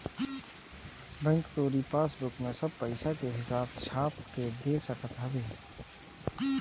bank तोहरी passbook में सब पईसा के हिसाब छाप के दे सकत हवे